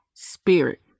Spirit